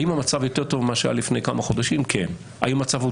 האם המצב יותר טוב מכפי שהיה לפני כמה חודשים?